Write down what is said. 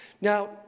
Now